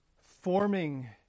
forming